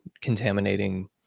contaminating